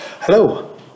Hello